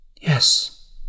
Yes